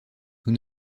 nous